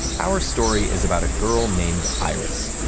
our story is about a girl named iris.